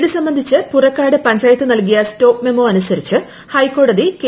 ഇത് സംബന്ധിച്ച് പുറക്കാട് പഞ്ചായത്ത് നൽകിയ സ്റ്റോപ്പ് മെമോ അനുസരിച്ച് ഹൈക്കോടതി കെ